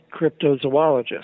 cryptozoologist